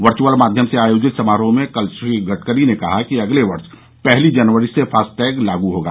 virtual माध्यम से आयोजित समारोह में कल श्री गडकरी ने कहा कि अगले वर्ष पहली जनवरी से फास्टैग लागू होगा